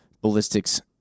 ballistics